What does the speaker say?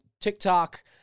TikTok